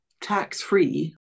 tax-free